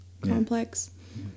complex